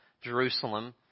Jerusalem